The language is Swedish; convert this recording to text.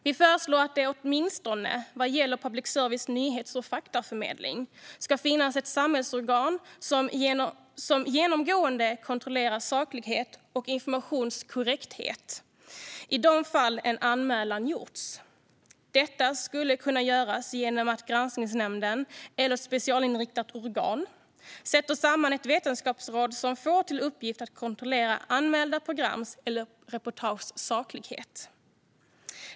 Vi föreslår att det, åtminstone vad gäller public services nyhets och faktaförmedling, ska finnas ett samhällsorgan som genomgående kontrollerar saklighet och informationskorrekthet i de fall en anmälan gjorts. Detta skulle kunna göras genom att Granskningsnämnden, eller ett specialinriktat organ, sätter samman ett vetenskapsråd som får till uppgift att kontrollera anmälda programs eller reportages saklighet.